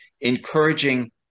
encouraging